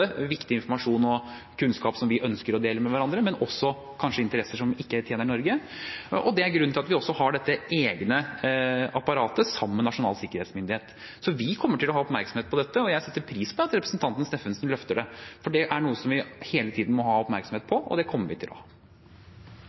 viktig informasjon og kunnskap vi ønsker å dele med hverandre, men også kanskje interesser som ikke tjener Norge. Det er grunnen til at vi også har dette egne apparatet sammen med Nasjonal sikkerhetsmyndighet. Vi kommer til å ha oppmerksomhet på dette. Jeg setter pris på at representanten Steffensen løfter det, for det er noe vi hele tiden må ha oppmerksomhet på, og det kommer vi til å